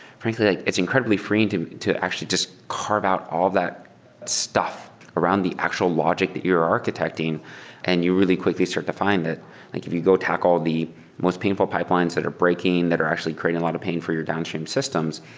frankly, it's incredibly freeing to to actually just carve out all that stuff around the actual logic that you're architecting and you're really quickly start to find that like if you go tackle the most painful pipelines that are breaking, that are actually creating a lot of pain for your downstream systems,